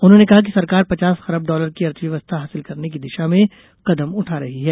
उन्होंने कहा कि सरकार पचास खरब डॉलर की अर्थव्यवस्था हासिल करने की दिशा में कदम उठा रही है